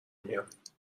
میاد